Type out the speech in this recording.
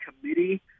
committee